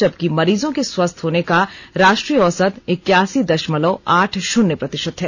जबकि मरीजो के स्वस्थ होने का राष्ट्रीय औसत इक्यासी दषमलव आठ शुन्य प्रतिषत है